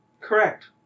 Correct